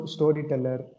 Storyteller